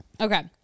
Okay